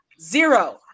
zero